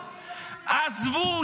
--- עזבו.